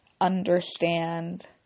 understand